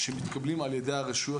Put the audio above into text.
שמתקבלים על ידי הרשויות,